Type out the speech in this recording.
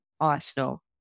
arsenal